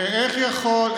איך יכול?